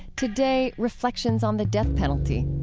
today, reflections on the death penalty.